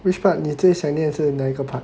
which part 你最想念是那一个 part